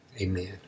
amen